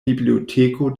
biblioteko